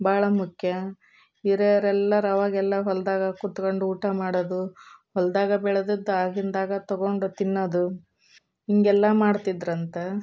ಭಾಳ ಮುಖ್ಯ ಹಿರಿಯರೆಲ್ಲರು ಅವಾಗೆಲ್ಲ ಹೊಲದಾಗ ಕುತ್ಕೊಂಡು ಊಟ ಮಾಡೋದು ಹೊಲದಾಗ ಬೆಳೆದದ್ದು ಆಗಿಂದಾಗ ತಗೊಂಡು ತಿನ್ನೋದು ಹಿಂಗೆಲ್ಲಾ ಮಾಡ್ತಿದ್ರಂತೆ